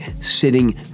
sitting